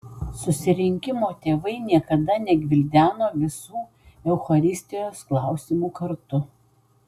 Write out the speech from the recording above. susirinkimo tėvai niekada negvildeno visų eucharistijos klausimų kartu